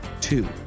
Two